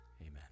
Amen